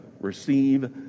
receive